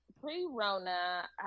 pre-Rona